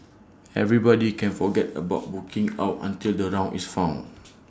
everybody can forget about booking out until the round is found